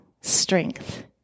strength